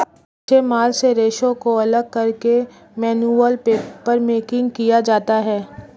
कच्चे माल से रेशों को अलग करके मैनुअल पेपरमेकिंग किया जाता है